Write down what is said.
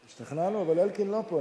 השתכנענו, אבל אלקין לא פה.